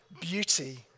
beauty